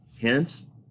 hence